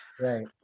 Right